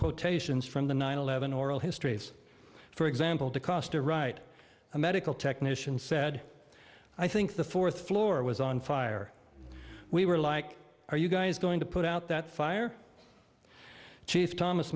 quotations from the nine eleven oral histories for example the cost to write a medical technician said i think the fourth floor was on fire we were like are you guys going to put out that fire chief thomas